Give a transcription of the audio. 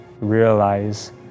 realize